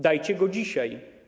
Dajcie go dzisiaj.